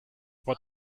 what